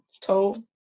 told